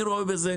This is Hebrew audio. אני רואה בזה,